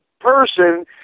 person